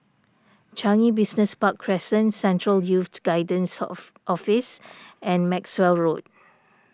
Changi Business Park Crescent Central Youth Guidance of Office and Maxwell Road